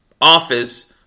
office